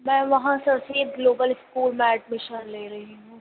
میں وہاں sir Syed global school میں ایڈمیشن لے رہی ہوں